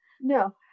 No